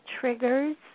triggers